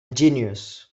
genius